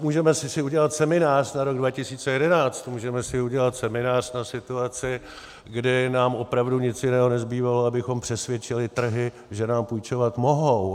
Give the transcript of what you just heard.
Můžeme si udělat seminář na rok 2011, můžeme si udělat seminář na situaci, kdy nám opravdu nic jiného nezbývalo, abychom přesvědčili trhy, že nám půjčovat mohou.